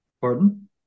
Pardon